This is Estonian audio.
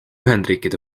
ühendriikide